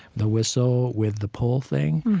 the whistle with the pull thing,